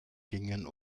gingen